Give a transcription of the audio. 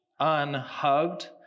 unhugged